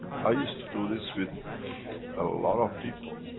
i used to do this with a lot of people.